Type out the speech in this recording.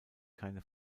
keine